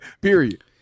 period